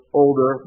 older